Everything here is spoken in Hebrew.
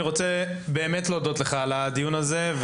אני רוצה באמת להודות לך על הדיון הזה,